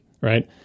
right